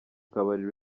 kabari